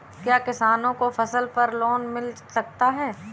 क्या किसानों को फसल पर लोन मिल सकता है?